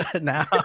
now